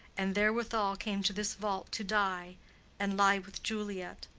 and therewithal came to this vault to die and lie with juliet.